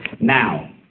Now